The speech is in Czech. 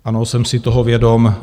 Ano, jsem si toho vědom.